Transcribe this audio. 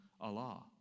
Allah